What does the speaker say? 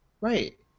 right